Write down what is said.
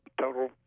total